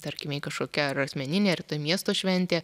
tarkim jei kažkokia ar asmeninė ar miesto šventė